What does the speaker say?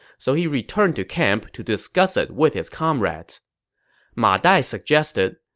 so he returned to camp to discuss it with his comrades ma dai suggested,